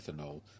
ethanol